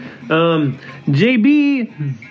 JB